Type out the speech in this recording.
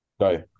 Go